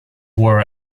were